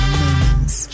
moments